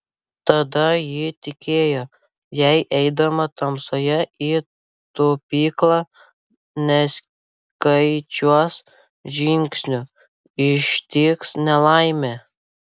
tada ji tikėjo jei eidama tamsoje į tupyklą neskaičiuos žingsnių ištiks nelaimė